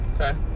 Okay